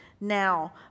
now